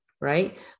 right